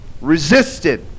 Resisted